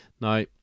Now